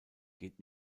geht